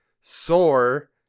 Soar